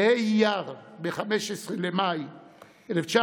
בה' באייר, ב-15 במאי 1948,